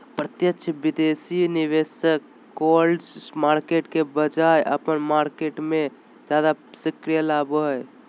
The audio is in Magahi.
प्रत्यक्ष विदेशी निवेश क्लोज्ड मार्केट के बजाय ओपन मार्केट मे ज्यादा सक्रियता लाबो हय